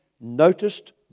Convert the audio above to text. noticed